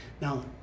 Now